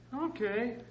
Okay